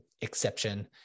exception